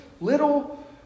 little